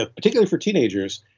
ah particularly for teenagers,